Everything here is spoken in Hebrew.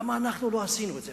למה אנחנו לא עשינו את זה?